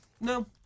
No